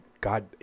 God